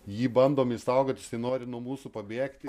jį bandom išsaugot jisai nori nuo mūsų pabėgti